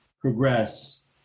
progress